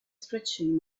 stretching